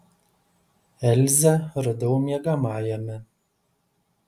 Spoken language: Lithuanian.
elzę radau miegamajame